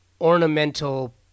ornamental